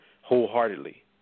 wholeheartedly